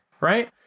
right